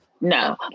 No